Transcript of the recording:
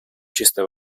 чистой